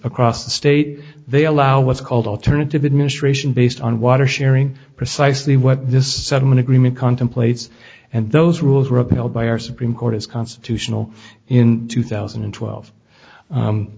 across the state they allow what's called alternative administration based on water sharing precisely what this settlement agreement contemplates and those rules were upheld by our supreme court is constitutional in two thousand and twelve